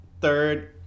Third